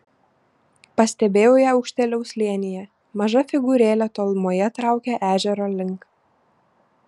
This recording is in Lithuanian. pastebėjau ją aukštėliau slėnyje maža figūrėlė tolumoje traukė ežero link